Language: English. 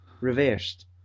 reversed